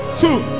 two